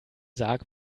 sarg